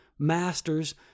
masters